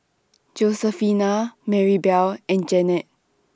Josefina Maribel and Jeannette